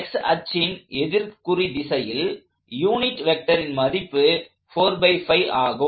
x அச்சின் எதிர்குறி திசையில் யூனிட் வெக்டரின் மதிப்பு ⅘ ஆகும்